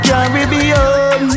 Caribbean